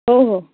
हो हो